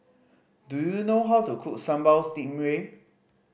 do you know how to cook Sambal Stingray